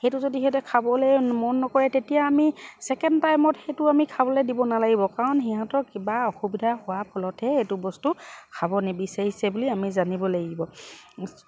সেইটো যদি সিহঁতে খাবলৈ মন নকৰে তেতিয়া আমি ছেকেণ্ড টাইমত সেইটো আমি খাবলৈ দিব নালাগিব কাৰণ সিহঁতৰ কিবা অসুবিধা হোৱা ফলতহে এইটো বস্তু খাব নিবিচাৰিছে বুলি আমি জানিব লাগিব